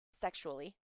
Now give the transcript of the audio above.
sexually